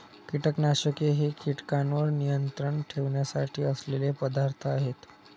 कीटकनाशके हे कीटकांवर नियंत्रण ठेवण्यासाठी असलेले पदार्थ आहेत